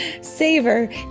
Savor